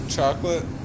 chocolate